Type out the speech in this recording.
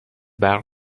برق